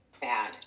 bad